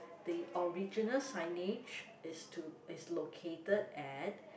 the original signage is to is located at